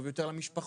טוב יותר למשפחות,